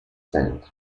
centre